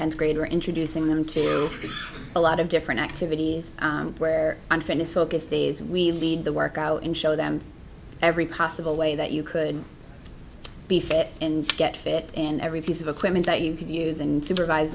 tenth grader introducing them to a lot of different activities where unfitness focus days we lead the work out and show them every possible way that you could be fit and get fit in every piece of equipment that you can use and supervise